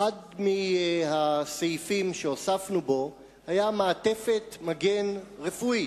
אחד מהסעיפים שהוספנו בו היה מעטפת מגן רפואית,